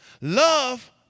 love